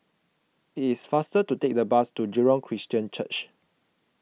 it is faster to take the bus to Jurong Christian Church